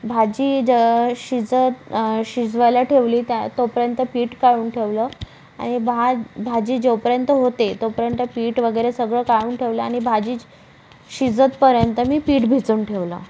भाजी ज शिजत शिजवायला ठेवली त्या तोपर्यंत पीठ काढून ठेवलं आणि भात भाजी जोपर्यंत होते तोपर्यंत पीठ वगैरे सगळं काढून ठेवलं आणि भाजी चि शिजतपर्यंत मी पीठ भिजवून ठेवलं